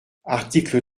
article